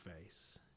face